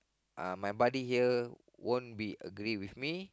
uh my buddy here won't be agree with me